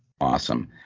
Awesome